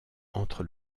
entre